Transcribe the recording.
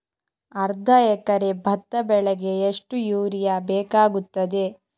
ಅರ್ಧ ಎಕರೆ ಭತ್ತ ಬೆಳೆಗೆ ಎಷ್ಟು ಯೂರಿಯಾ ಬೇಕಾಗುತ್ತದೆ?